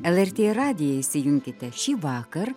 lrt radiją įsijunkite šįvakar